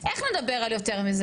איך נדבר על יותר מזה?